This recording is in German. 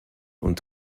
und